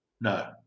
no